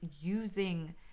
using